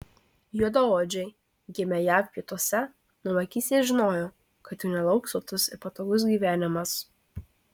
juodaodžiai gimę jav pietuose nuo vaikystės žinojo kad jų nelauks sotus ir patogus gyvenimas